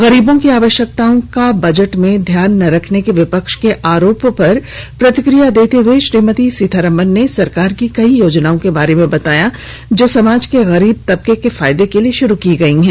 गरीबों की आवश्यकताओं का बजट में ध्यान न रखने के विपक्ष के आरोप पर प्रतिक्रिया देते हुए श्रीमती सीतारामन ने सरकार की कई योजनाओं के बारे में बताया जो समाज के गरीब तबके के फायदे के लिए शुरू की गई हैं